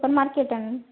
super market ఏనాండి